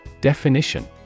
Definition